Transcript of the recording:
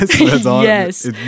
Yes